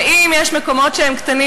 אם יש מקומות שהם קטנים,